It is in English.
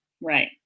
right